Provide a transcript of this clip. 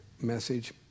message